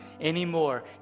anymore